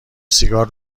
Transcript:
سیگار